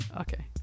Okay